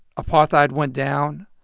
apartheid went down,